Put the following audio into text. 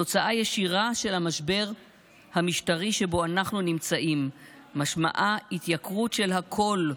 תוצאה ישירה של המשבר המשטרי שבו אנחנו נמצאים משמעה התייקרות של הכול,